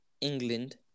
England